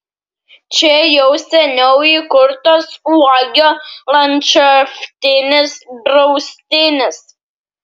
čia jau seniau įkurtas uogio landšaftinis draustinis